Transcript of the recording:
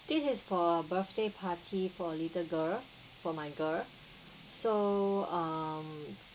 this is for birthday party for little girl for my girl so um